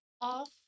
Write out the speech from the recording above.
off